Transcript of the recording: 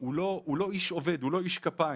הוא לא איש עובד, הוא לא איש כפיים,